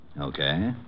Okay